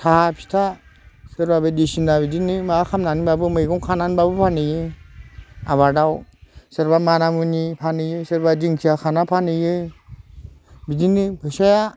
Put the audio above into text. साहा फिथा सोरबा बायदिसिना बिदिनो माबा खालामनानैब्लाबो मैगं खानानैब्लाबो फानहैयो आबादाव सोरबा माना मुनि फानहैयो सोरबा दिंखिया खाना फानहैयो बिदिनो फैसा